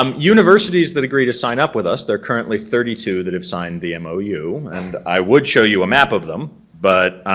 um universities that agree to sign up with us they're currently thirty two that have signed the mou and i would show you a map of them, but